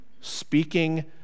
Speaking